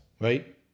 right